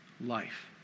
life